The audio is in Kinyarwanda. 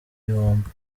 gihombo